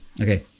Okay